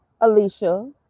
Alicia